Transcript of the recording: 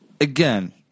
again